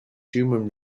human